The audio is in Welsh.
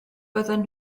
bydden